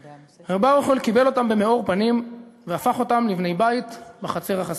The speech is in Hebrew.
ר' ברוכ'ל קיבל אותם במאור פנים והפך אותם לבני בית בחצר החסידית.